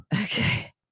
Okay